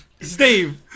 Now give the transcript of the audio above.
Steve